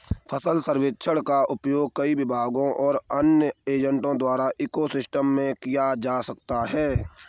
फसल सर्वेक्षण का उपयोग कई विभागों और अन्य एजेंटों द्वारा इको सिस्टम में किया जा सकता है